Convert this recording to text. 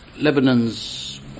Lebanon's